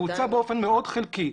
בוצע באופן מאוד חלקי.